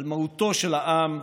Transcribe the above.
על מהותו של העם,